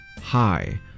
Hi